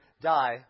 die